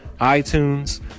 iTunes